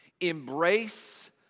embrace